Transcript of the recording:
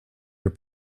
your